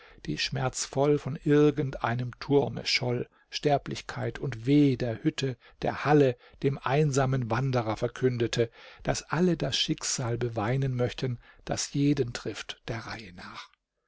die schmerzvoll von irgend einem turme scholl sterblichkeit und weh der hütte der halle dem einsamen wanderer verkündete daß alle das schicksal beweinen möchten das jeden trifft der reihe nach